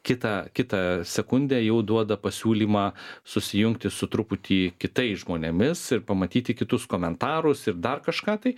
kitą kitą sekundę jau duoda pasiūlymą susijungti su truputį kitais žmonėmis ir pamatyti kitus komentarus ir dar kažką tai